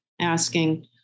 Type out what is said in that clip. asking